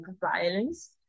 violence